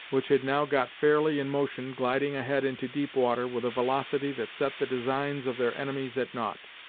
which had now got fairly in motion gliding ahead into deep water, with a velocity that set the designs of their enemies at nought.